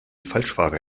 falschfahrer